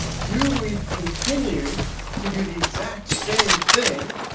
do we continue to do the exact same thing,